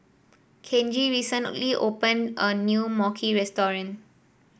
Kenji recently opened a new Mochi restaurant